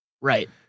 Right